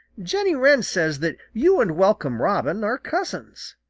jenny wren says that you and welcome robin are cousins.